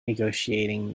negotiating